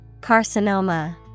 Carcinoma